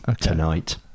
tonight